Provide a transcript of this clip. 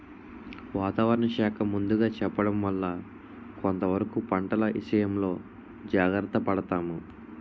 వాతావరణ శాఖ ముందుగా చెప్పడం వల్ల కొంతవరకు పంటల ఇసయంలో జాగర్త పడతాము